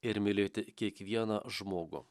ir mylėti kiekvieną žmogų